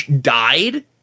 died